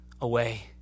away